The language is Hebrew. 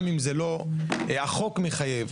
גם אם לא החוק מחייב,